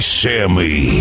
sammy